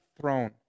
throne